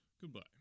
Goodbye